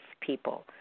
people